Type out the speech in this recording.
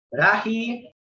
Rahi